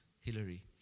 Hillary